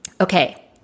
Okay